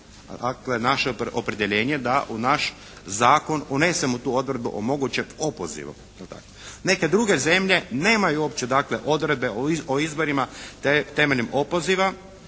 Dakle naše je opredjeljenje da u naš zakon unesemo tu odredbu o mogućem opozivu. Neke druge zemlje nemaju uopće dakle odredbe o izborima temeljem opoziva.